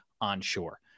onshore